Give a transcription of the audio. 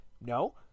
no